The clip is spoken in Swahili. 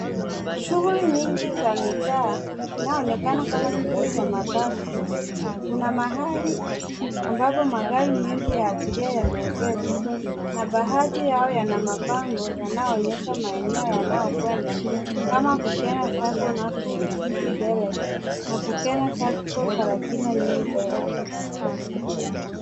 Shughuli nyingi za mitaa inaonekana kama kituo cha mabasi. Kuna mahali ambapo magari mengi ya abiria yameegeshwa na baadhi yao yana mabango yanaonyesha maeneo yanao kwenda kama Kukena Sacco, Nakuru City Direct, na Kukena Sacco, Karatina, Nyeri Direct.